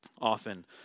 Often